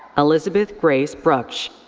elizabeth grace brucksch.